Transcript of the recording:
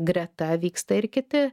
greta vyksta ir kiti